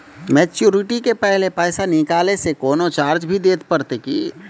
Maturity के पहले पैसा निकालै से कोनो चार्ज भी देत परतै की?